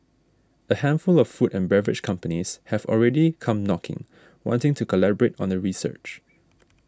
a handful of food and beverage companies have already come knocking wanting to collaborate on the research